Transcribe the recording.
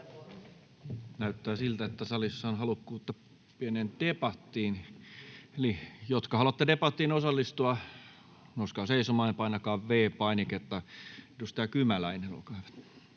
Näyttää siltä, että salissa on halukkuutta pieneen debattiin. Eli te, jotka haluatte debattiin osallistua, nouskaa seisomaan ja painakaa V-painiketta. — Edustaja Kymäläinen, olkaa hyvä.